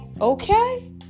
Okay